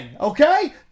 Okay